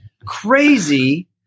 crazy